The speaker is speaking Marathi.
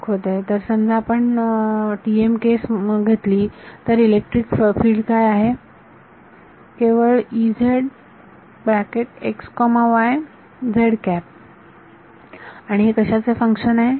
दाखवत आहे तर समजा आपण TM केस घेतली तर इलेक्ट्रिक फिल्ड काय आहे केवळ आणि हे कशाचे फंक्शन आहे